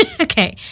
Okay